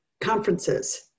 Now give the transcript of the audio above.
conferences